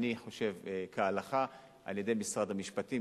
אני חושב כהלכה, על-ידי משרד המשפטים.